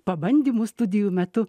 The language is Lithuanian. pabandymų studijų metu